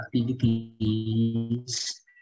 activities